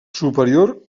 superior